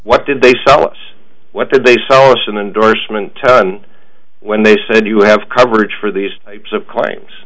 what did they sell us what did they sold us an endorsement when they said you have coverage for these types of claims